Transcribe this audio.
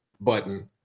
button